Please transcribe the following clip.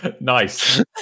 Nice